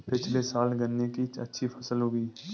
पिछले साल गन्ने की अच्छी फसल उगी